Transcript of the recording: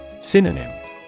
Synonym